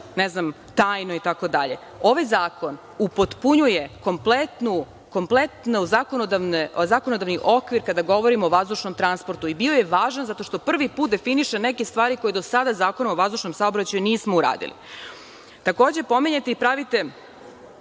se radi tajno itd? Ovaj zakon upotpunjuje kompletan zakonodavni okvir kada govorimo o vazdušnom transportu i bio je važan zato što prvi put definiše neke stvari koje do sada Zakon o vazdušnom saobraćaju nije uradila. Takođe, pominjete i pravite